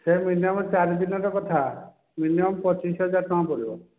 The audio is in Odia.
ସେ ମିନିମମ୍ ଚାରି ଦିନର କଥା ମିନିମମ୍ ପଚିଶି ହଜାର ଟଙ୍କା ପଡ଼ିବ